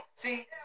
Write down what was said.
See